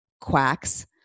quacks